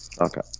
Okay